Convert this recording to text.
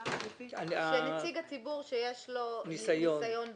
כשחסר נציג הציבור שיש לו ניסיון בגמ"חים.